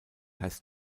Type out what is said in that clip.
heißt